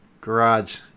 garage